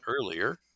earlier